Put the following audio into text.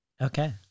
Okay